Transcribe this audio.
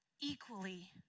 equally